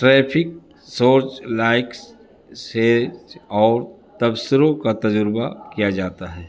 traffic search likes سے اور تبصروں کا تجربہ کیا جاتا ہے